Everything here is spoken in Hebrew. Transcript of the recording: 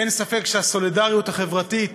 אין ספק שהסולידריות החברתית